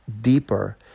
deeper